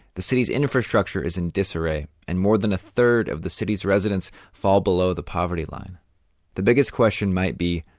the city's infrastructure is in disarray and more than a third of the city's residents fall below the poverty line the biggest question might be,